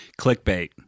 clickbait